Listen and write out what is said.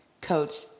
Coach